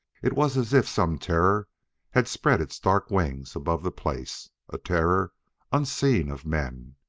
it was as if some terror had spread its dark wings above the place, a terror unseen of men.